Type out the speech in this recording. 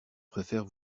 préfère